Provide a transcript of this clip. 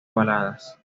baladas